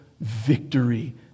victory